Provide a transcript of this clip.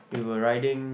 we were riding